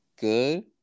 good